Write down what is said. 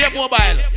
mobile